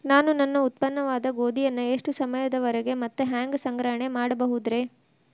ನಾನು ನನ್ನ ಉತ್ಪನ್ನವಾದ ಗೋಧಿಯನ್ನ ಎಷ್ಟು ಸಮಯದವರೆಗೆ ಮತ್ತ ಹ್ಯಾಂಗ ಸಂಗ್ರಹಣೆ ಮಾಡಬಹುದುರೇ?